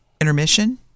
intermission